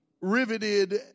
riveted